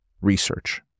Research